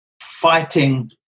fighting